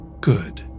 Good